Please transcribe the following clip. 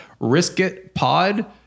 riskitpod